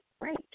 right